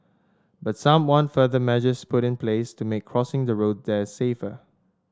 but some want further measures put in place to make crossing the road there safer